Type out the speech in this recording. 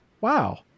Wow